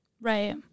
Right